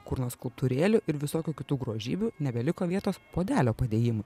kur nuo skulptūrėlių ir visokių kitų grožybių nebeliko vietos puodelio padėjimui